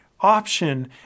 option